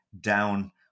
down